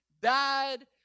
died